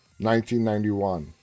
1991